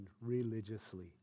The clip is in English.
religiously